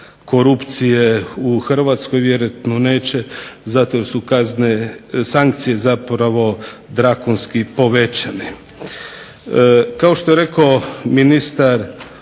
korupcije u Hrvatskoj. Vjerojatno neće zato jer su kazne, sankcije zapravo drakonski povećane. Kao što je rekao ministar,